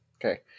Okay